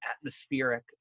atmospheric